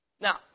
Now